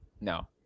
No